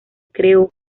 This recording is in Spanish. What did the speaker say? creó